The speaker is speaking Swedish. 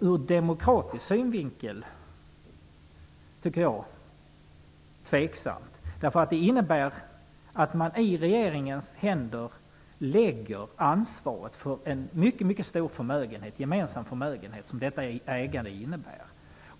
Ur demokratisk synvinkel tycker jag att det är tvivelaktigt. Det innebär att man i regeringens händer lägger ansvaret för en mycket, mycket stor gemensam förmögenhet som detta ägande innebär.